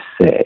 say